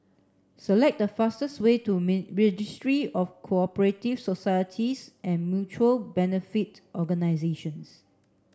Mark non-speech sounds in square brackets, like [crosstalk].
select the fastest way to [unintelligible] Registry of Co operative Societies and Mutual Benefit Organisations